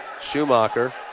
Schumacher